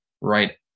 right